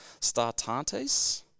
Startantes